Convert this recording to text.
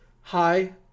Hi